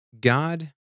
God